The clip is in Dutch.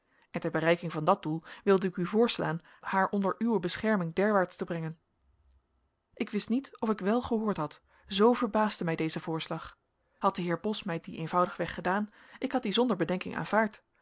en ter bereiking van dat doel wilde ik u voorslaan haar onder uwe bescherming derwaarts te brengen ik wist niet of ik wel gehoord had zoo verbaasde mij deze voorslag had de heer bos mij dien eenvoudig weg gedaan ik had dien zonder bedenking aanvaard